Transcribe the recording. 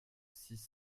six